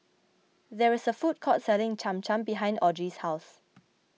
there is a food court selling Cham Cham behind Audrey's house